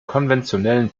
konventionellen